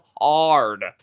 hard